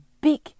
big